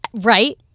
Right